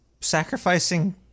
sacrificing